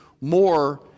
more